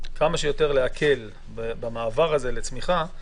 כמה שיותר להקל במעבר הזה לצמיחה,